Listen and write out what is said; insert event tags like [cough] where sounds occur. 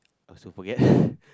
also forget [breath]